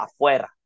Afuera